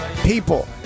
People